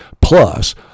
plus